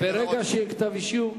ברגע שיהיה כתב-אישום,